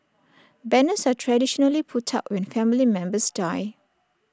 banners are traditionally put up when family members die